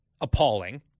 appalling